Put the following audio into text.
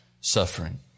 suffering